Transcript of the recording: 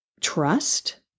Trust